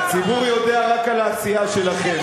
הציבור יודע רק על העשייה שלכם.